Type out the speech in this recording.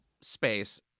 space